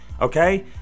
Okay